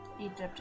Egypt